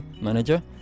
manager